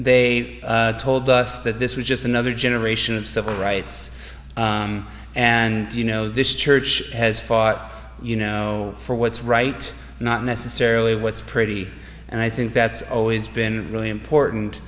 they told us that this was just another generation of civil rights and you know this church has fought you know for what's right not necessarily what's pretty and i think that's always been really important